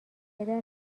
پدر